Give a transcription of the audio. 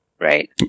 right